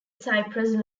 cypress